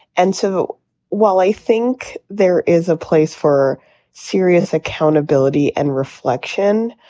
and so while i think there is a place for serious accountability and reflection